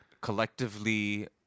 collectively